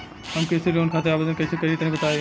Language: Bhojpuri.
हम कृषि लोन खातिर आवेदन कइसे करि तनि बताई?